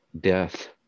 death